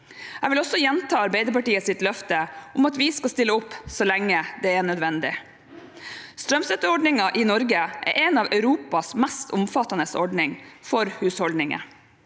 Jeg vil også gjenta Arbeiderpartiets løfte om at vi skal stille opp så lenge det er nødvendig. Strømstøtteordningen i Norge er en av Europas mest omfattende ordninger for husholdningene,